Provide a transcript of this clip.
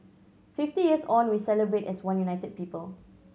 fifty years on we celebrate as one united people